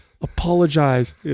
apologize